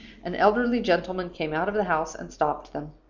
an elderly gentleman came out of the house, and stopped them.